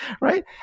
right